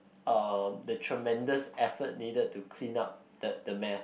uh the tremendous effort needed to clean up the the mess